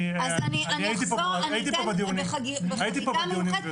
אני הייתי פה בדיונים, גברתי.